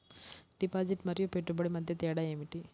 Deposit మరియు పెట్టుబడి మధ్య తేడా ఏమిటి?